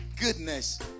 goodness